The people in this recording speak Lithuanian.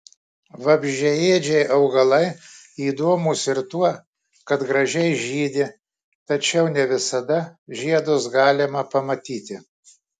vabzdžiaėdžiai augalai įdomūs ir tuo kad gražiai žydi tačiau ne visada žiedus galima pamatyti